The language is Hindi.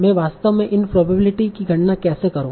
मैं वास्तव में इन प्रोबेबिलिटी की गणना कैसे करूं